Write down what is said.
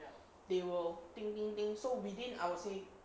they will think think think so within I would say